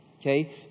Okay